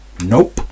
Nope